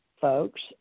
folks